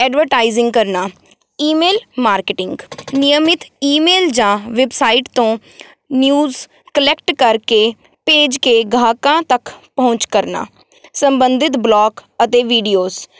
advertising ਕਰਨਾ email marketing ਨਿਯਮਿਤ email ਜਾਂ ਵੈਬਸਾਈਟ ਤੋਂ ਨਿਊਜ਼ ਕਲੈਕਟ ਕਰਕੇ ਭੇਜ ਕੇ ਗਾਹਕਾਂ ਤੱਕ ਪਹੁੰਚ ਕਰਨਾ ਸੰਬੰਧਿਤ ਵਲੋਗ ਅਤੇ ਵੀਡੀਓਸ